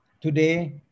Today